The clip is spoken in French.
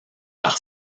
par